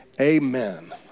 Amen